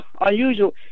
unusual